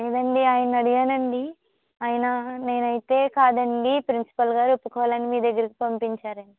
లేదండి ఆయనని అడిగాను అండి ఆయన నేను అయితే కాదు అండి ప్రిన్సిపల్ గారు ఒప్పుకోవాలి అని మీ దగ్గరికి పంపిచ్చారండి